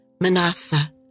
Manasseh